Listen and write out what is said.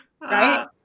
right